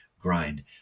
grind